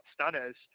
stunners